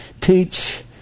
teach